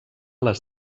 les